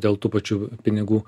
dėl tų pačių pinigų